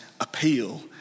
appeal